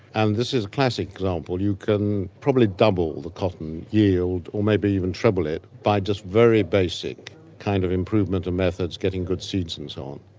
and this is a classic example, you can probably double the cotton yield or maybe even treble it by just very basic kind of improvement and methods, getting good seeds and so on.